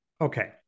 Okay